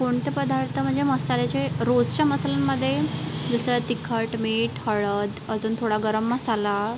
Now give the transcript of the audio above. कोणते पदार्थ म्हणजे मसाल्याचे रोजच्या मसाल्यांमध्ये दुसऱ्या तिखट मीठ हळद अजून थोडा गरम मसाला